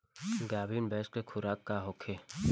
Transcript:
गाभिन भैंस के खुराक का होखे?